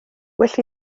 well